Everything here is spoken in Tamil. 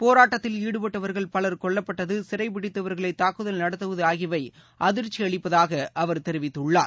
போராட்டத்தில் ஈடுபட்டவர்கள் கொல்லப்பட்டது சிறைபிடித்தவர்களைதாக்குதல் நடத்துவதுஆகியவைஅதிர்ச்சியளிப்பதாகஅவர் தெரிவித்துள்ளார்